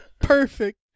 perfect